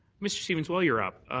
mr. stevens, while you're up,